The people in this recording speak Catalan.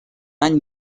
any